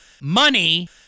money